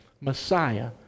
Messiah